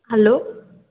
hello